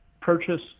purchase